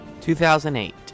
2008